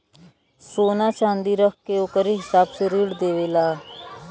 सोना च्नादी रख के ओकरे हिसाब से ऋण देवेला